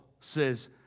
says